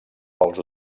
pels